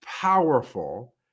powerful